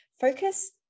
focus